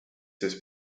this